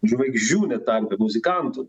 žvaigždžių net tam kad muzikantų